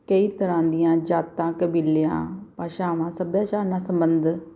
ਕਈ ਤਰ੍ਹਾਂ ਦੀਆਂ ਜਾਤਾਂ ਕਬੀਲਿਆਂ ਭਾਸ਼ਾਵਾਂ ਸੱਭਿਆਚਾਰ ਨਾਲ ਸੰਬੰਧ